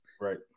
right